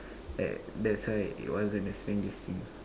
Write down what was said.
uh that's why it wasn't the strangest thing